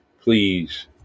Please